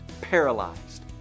paralyzed